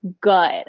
good